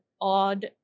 odd